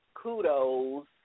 kudos